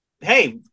hey